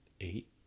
eight